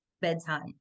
bedtime